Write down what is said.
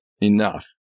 enough